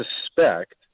suspect